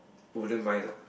wouldn't mind lah